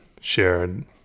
share